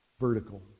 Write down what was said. Vertical